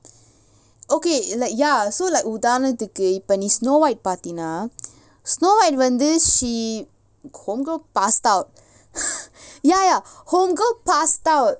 okay like ya so like உதாரணத்துக்கு இப்ப நீ:uthaaranathukku ippa nee snow white பாத்தீனா:patheenaa snow white வந்து:vanthu she passed out ya ya passed out